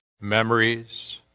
memories